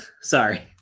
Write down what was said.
sorry